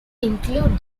include